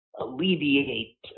alleviate